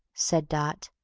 said dot,